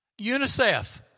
UNICEF